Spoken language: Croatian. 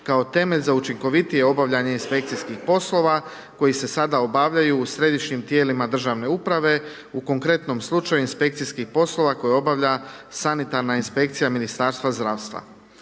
kao temelj za učinkovitije obavljanje inspekcijskih po slova koji se sada obavljaju u središnjim tijelima državne uprave u konkretnom slučaju inspekcijskih poslova koje obavlja sanitarna inspekcija Ministarstva zdravstva.